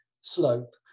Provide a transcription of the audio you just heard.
slope